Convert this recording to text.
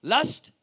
Lust